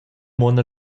mon